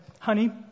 honey